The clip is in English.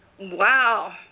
Wow